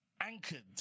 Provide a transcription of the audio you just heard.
anchored